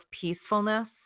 peacefulness